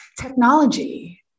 technology